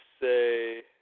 say